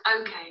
Okay